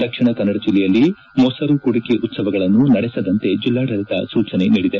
ದಕ್ಷಿಣ ಕನ್ನಡ ಜಿಲ್ಲೆಯಲ್ಲಿ ಮೊಸರು ಕುಡಿಕೆ ಉತ್ಸವಗಳನ್ನು ನಡೆಸದಂತೆ ಜಿಲ್ಲಾಡಳಿತ ಸೂಚನೆ ನೀಡಿದೆ